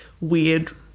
weird